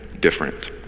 different